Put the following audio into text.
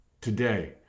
today